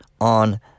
on